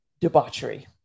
debauchery